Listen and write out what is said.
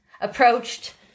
approached